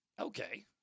Okay